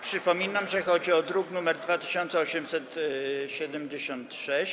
Przypominam, że chodzi o druk nr 2876.